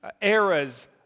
eras